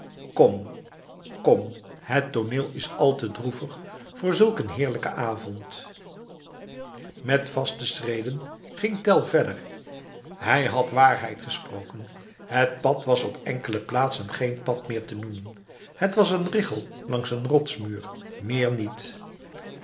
kom kom het tooneel is al te droevig voor zulk een heerlijken avond met vaste schreden ging tell verder hij had waarheid gesproken het pad was op enkele plaatsen geen pad meer te noemen het was een richel langs een rotsmuur meer niet